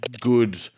good